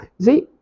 See